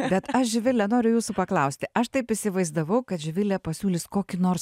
bet aš živile noriu jūsų paklausti aš taip įsivaizdavau kad živilė pasiūlys kokį nors